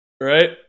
Right